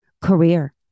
Career